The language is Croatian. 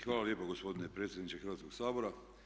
Hvala lijepo gospodine predsjedniče Hrvatskog sabora.